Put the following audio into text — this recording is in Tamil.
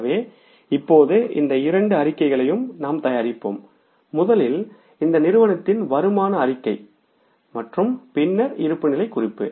எனவே இப்போது இந்த இரண்டு அறிக்கைகளையும் நாம் தயாரிப்போம் முதலில் இந்த நிறுவனத்தின் வருமான அறிக்கை மற்றும் பின்னர் இருப்புநிலை குறிப்பு